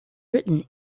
written